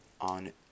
on